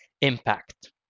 impact